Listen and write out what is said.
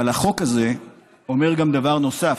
אבל החוק הזה אומר דבר נוסף,